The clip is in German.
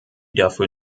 dafür